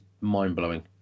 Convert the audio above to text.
mind-blowing